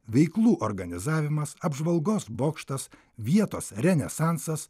veiklų organizavimas apžvalgos bokštas vietos renesansas